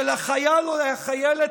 של החייל או החיילת,